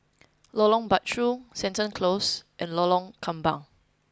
Lorong Bachok Seton Close and Lorong Kembang